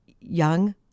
young